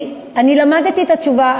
אני למדתי את התשובה,